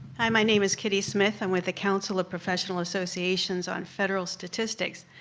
hi, my name is kitty smith. i'm with the council of professional associations on federal statistics.